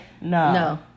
no